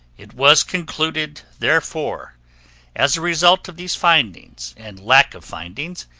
it was concluded therefore as a result of these findings and lack of findings,